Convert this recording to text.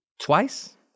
Twice